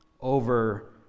over